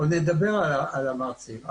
עוד נדבר על המלמדים.